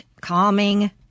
calming